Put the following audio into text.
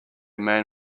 man